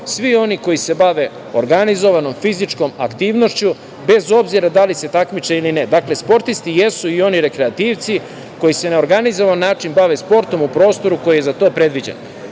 svi oni koji se bave organizovanom fizičkom aktivnošću bez obzira da li se takmiče ili ne. Dakle, sportisti jesu i oni rekreativci koji se na organizovan način bave sportom u prostoru koji je za to predviđen. Mislim